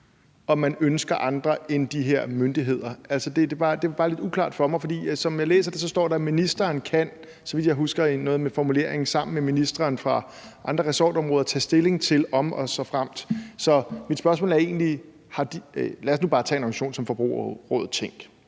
om man ønsker andre end de her myndigheder? Altså, det er bare lidt uklart for mig, for som jeg læser det, står der, at ministeren, så vidt jeg husker formuleringen, sammen med ministrene fra andre ressortområder kan tage stilling til, om en organisation kan godkendes. Lad os nu bare tage en organisation som Forbrugerrådet Tænk.